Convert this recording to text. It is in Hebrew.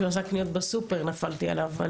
כשהוא עשה קניות בסופר נפלתי עליו.